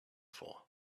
for